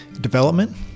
development